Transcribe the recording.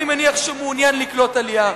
אני מניח שהוא מעוניין לקלוט עלייה.